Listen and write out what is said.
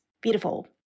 beautiful